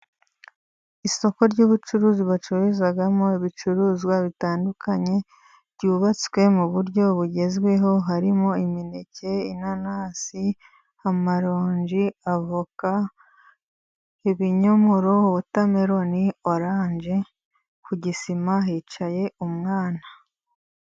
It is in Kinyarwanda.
Isoko ry'ubucuruzi bacururizamo ibicuruzwa bitandukanye, ryubatswe mu buryo bugezweho harimo imineke, inanasi, amaronji, avoka, ibinyomoro, wotameroni, orange, ku gisima hicaye umwana.